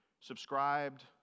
subscribed